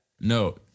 no